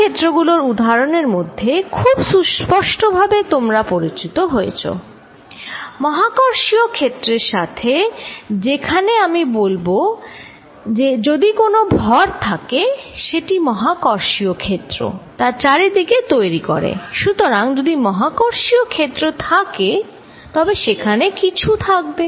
অন্য ক্ষেত্রগুলোর উদাহরণ এর মধ্যে খুব সুস্পষ্টভাবে তোমরা পরিচিত রয়েছো মহাকর্ষীয় ক্ষেত্রের সাথে যেখানে আমি বলবো যে যদি কোন ভর থাকে সেটি মহাকর্ষীয় ক্ষেত্র তার চারিদিকে তৈরি করে সুতরাং যদি মহাকর্ষীয় ক্ষেত্র থাকে তবে সেখানে কিছু থাকবে